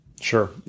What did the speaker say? Sure